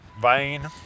vein